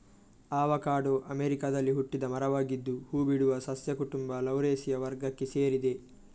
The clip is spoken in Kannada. ಆವಕಾಡೊ ಅಮೆರಿಕಾದಲ್ಲಿ ಹುಟ್ಟಿದ ಮರವಾಗಿದ್ದು ಹೂ ಬಿಡುವ ಸಸ್ಯ ಕುಟುಂಬ ಲೌರೇಸಿಯ ವರ್ಗಕ್ಕೆ ಸೇರಿದೆ